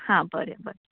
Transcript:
हां बरें बरें